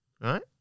Right